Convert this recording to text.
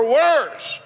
worse